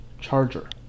charger